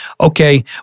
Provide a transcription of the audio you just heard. okay